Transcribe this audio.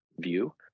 view